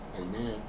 Amen